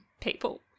people